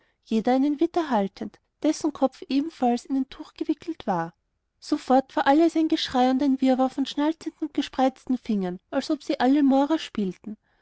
jeder einen widder haltend dessen kopf ebenfalls in ein tuch gewickelt war sofort war alles ein geschrei und ein wirrwar von schnalzenden und gespreizten fingern als ob sie alle morra spielten